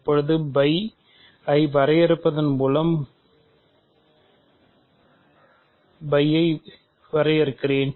இப்போது ஐ வரையறுப்பதன் மூலம் ஐ வரையறுக்கிறேன்